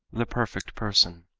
the perfect person.